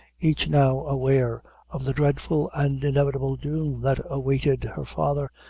each now aware of the dreadful and inevitable doom that awaited her father,